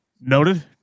Noted